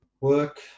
work